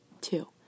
Two